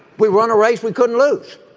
we run a race. we couldn't lose.